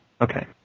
Okay